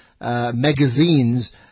magazines